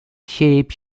shape